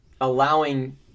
allowing